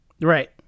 Right